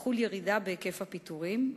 תחול ירידה בהיקף הפיטורים.